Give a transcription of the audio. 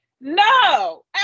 no